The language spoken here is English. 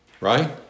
Right